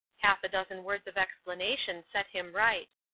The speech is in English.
half a dozen words of explanation set him right.